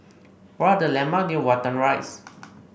what are the landmarks near Watten Rise